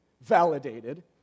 validated